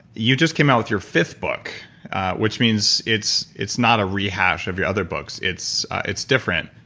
you just came out with your fifth book which means it's it's not a rehash of your other books. it's it's different.